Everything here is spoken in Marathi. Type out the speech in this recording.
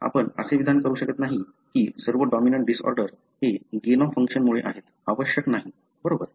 आपण असे विधान करू शकत नाही की सर्व डॉमिनंट डिसऑर्डर हे गेन ऑफ फंक्शनमुळे आहेत आवश्यक नाही बरोबर